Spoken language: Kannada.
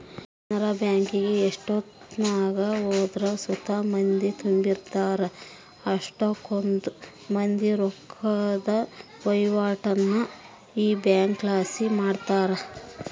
ಕೆನರಾ ಬ್ಯಾಂಕಿಗೆ ಎಷ್ಟೆತ್ನಾಗ ಹೋದ್ರು ಸುತ ಮಂದಿ ತುಂಬಿರ್ತಾರ, ಅಷ್ಟಕೊಂದ್ ಮಂದಿ ರೊಕ್ಕುದ್ ವಹಿವಾಟನ್ನ ಈ ಬ್ಯಂಕ್ಲಾಸಿ ಮಾಡ್ತಾರ